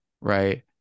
right